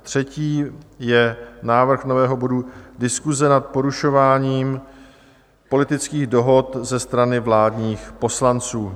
Třetí je návrh nového bodu Diskuse nad porušováním politických dohod ze strany vládních poslanců.